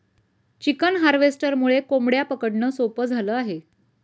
chicken हार्वेस्टरमुळे कोंबड्या पकडणं सोपं झालं आहे